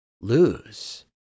lose